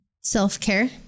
self-care